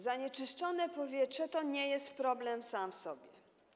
Zanieczyszczone powietrze to nie jest problem sam w sobie.